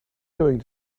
going